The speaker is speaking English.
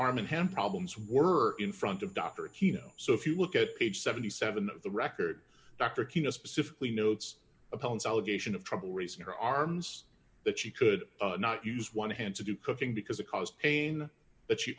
and hand problems were in front of dr keno so if you look at age seventy seven of the record dr king a specifically notes d opponents allegation of trouble raising her arms that she could not use one hand to do cooking because it caused pain that she